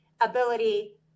ability